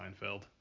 Seinfeld